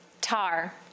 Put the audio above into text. Tar